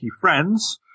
Friends